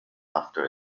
after